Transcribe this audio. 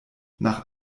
nach